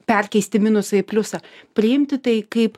perkeisti minusą į pliusą priimti tai kaip